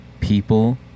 people